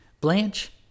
Blanche